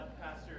Pastor